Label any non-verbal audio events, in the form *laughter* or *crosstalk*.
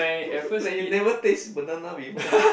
*laughs* like you never taste banana before